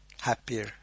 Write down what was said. happier